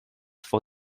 for